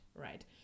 right